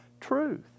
truth